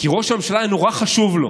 כי ראש הממשלה, היה נורא חשוב לו,